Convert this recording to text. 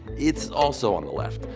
it's also on the left,